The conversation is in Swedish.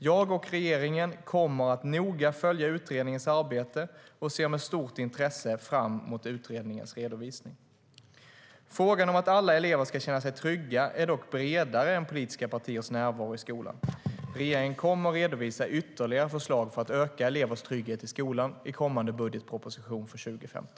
Jag och regeringen kommer att noga följa utredningens arbete och ser med stort intresse fram mot utredningens redovisning.